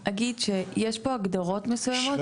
אני רק אגיד שיש פה הגדרות מסוימות,